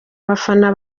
abafana